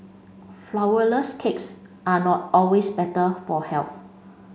Flourless cakes are not always better for health